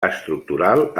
estructural